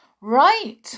Right